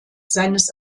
seines